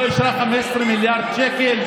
ממשלת הליכוד לא אישרה 15 מיליארד שקלים?